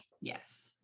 yes